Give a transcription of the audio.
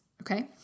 okay